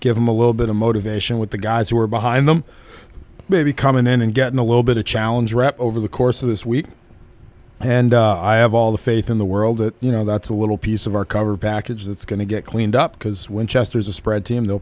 give them a little bit of motivation with the guys who are behind them maybe coming in and getting a little bit of challenge rep over the course of this week and i have all the faith in the world that you know that's a little piece of our coverage package that's going to get cleaned up because winchester is a spread team they'll